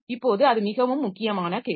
இப்போது அது மிகவும் முக்கியமான கேள்வி